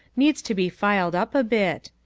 needs to be filed up a bit.